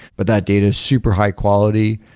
but that data is super high quality.